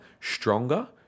stronger